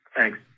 Thanks